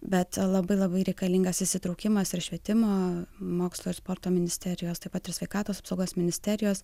bet labai labai reikalingas įsitraukimas ir švietimo mokslo ir sporto ministerijos taip pat ir sveikatos apsaugos ministerijos